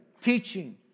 Teaching